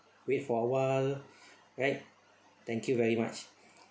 wait for awhile right thank you very much